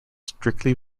strictly